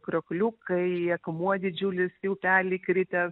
kriokliukai akmuo didžiulis į upelį kritęs